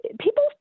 People